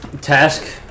task